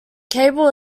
cable